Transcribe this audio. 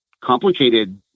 complicated